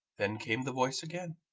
then came the voice again.